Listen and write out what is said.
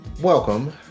Welcome